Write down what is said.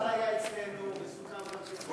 השר היה אצלנו וסוכם, לא,